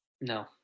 No